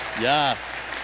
Yes